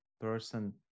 person